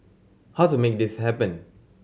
how to make this happen